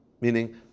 meaning